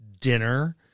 dinner